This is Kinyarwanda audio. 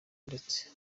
ndetse